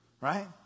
right